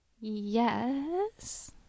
Yes